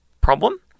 problem